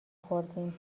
خوردیم